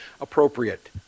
appropriate